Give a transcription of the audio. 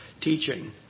teaching